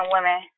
women